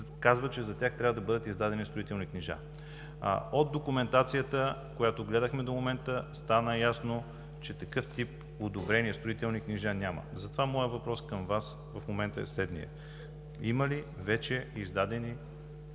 казва, че за тях трябва да бъдат издадени строителни книжа. От документацията, която гледахме до момента, стана ясно, че такъв тип одобрени строителни книжа няма. Затова моят въпрос към Вас в момента е следният: има ли вече издадено